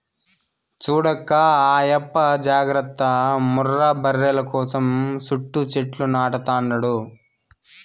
చూడక్కా ఆయప్ప జాగర్త ముర్రా బర్రెల కోసం సుట్టూ సెట్లు నాటతండాడు